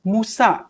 Musa